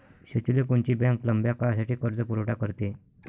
शेतीले कोनची बँक लंब्या काळासाठी कर्जपुरवठा करते?